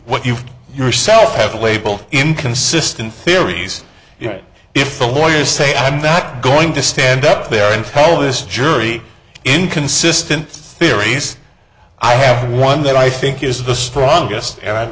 what you yourself have a label inconsistent theories you're right if the lawyers say i'm not going to stand up there and tell this jury inconsistent theories i have one that i think is the strongest and i'm